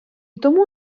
тому